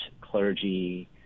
clergy